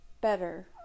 better